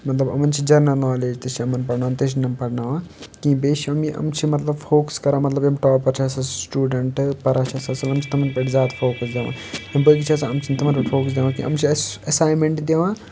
مطلب یِمَن چھِ جَنرَل نالیج تہِ چھِ یِمَن پَرناوان تہِ چھِ نہٕ یِم پَرناوان کِہیٖنٛۍ بیٚیہِ چھِ یِم یِم چھِ مطلب فوکَس کَران مَطلَب یِم ٹاپَر چھِ آسان سِٹوٗڈَنٛٹہٕ پَران چھِ آسان اَصٕل تِمَن پٮ۪ٹھ زیادٕ فوکَس دِوان یِم باقٕے چھِ آسان یِم چھِ نہٕ تِمَن پٮ۪ٹھ فوکَس دِوان کیٚنٛہہ یِم چھِ اَسہِ اٮیٚساینمٮ۪نٛٹ دِوان